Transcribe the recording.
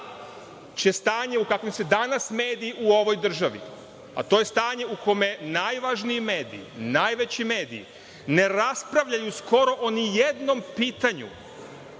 će stanje u kakvom su danas mediji u ovoj državi, a to je stanje u kome najvažniji medij, najveći medij, ne raspravljaju skoro o nijednom pitanju